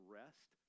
rest